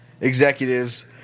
executives